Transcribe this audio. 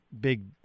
big